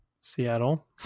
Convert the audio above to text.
seattle